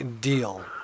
deal